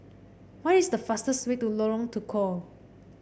what is the fastest way to Lorong Tukol